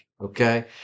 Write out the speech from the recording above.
okay